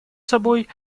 собой